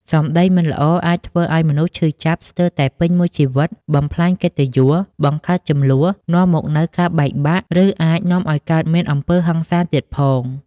សម្ដីមិនល្អ អាចធ្វើឱ្យមនុស្សឈឺចាប់ស្ទើរតែពេញមួយជីវិត បំផ្លាញកិត្តិយស បង្កើតជម្លោះ នាំមកនូវការបែកបាក់ ឬអាចនាំឱ្យកើតមានអំពើហិង្សាទៀតផង។